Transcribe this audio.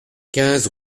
quinze